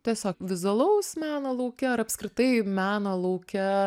tiesiog vizualaus meno lauke ar apskritai meno lauke